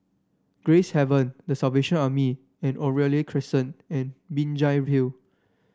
Gracehaven The Salvation Army and Oriole Crescent and Binjai Hill